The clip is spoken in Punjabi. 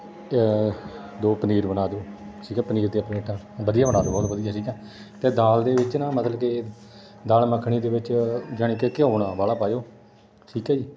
ਦੋ ਪਨੀਰ ਬਣਾ ਦਿਓ ਠੀਕ ਹੈ ਪਨੀਰ ਦੀਆਂ ਪਲੇਟਾਂ ਵਧੀਆ ਬਣਾ ਦਿਓ ਬਹੁਤ ਵਧੀਆ ਜੀ ਠੀਕ ਆ ਅਤੇ ਦਾਲ ਦੇ ਵਿੱਚ ਨਾ ਮਤਲਬ ਕਿ ਦਾਲ ਮੱਖਣੀ ਦੇ ਵਿੱਚ ਯਾਨੀ ਕਿ ਘਿਓ ਨਾ ਵਾਹਲਾ ਪਾਇਓ ਠੀਕ ਹੈ ਜੀ